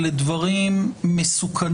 אלה דברים מסוכנים,